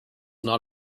not